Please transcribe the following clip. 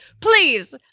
please